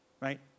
Right